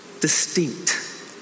distinct